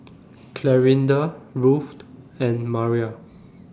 Clarinda Ruthe and Mara